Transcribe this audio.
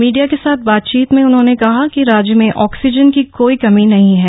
media के साथ बातचीत में उन्होंने कहा कि राज्य में आक्सीजन की कोई कमी नहीं है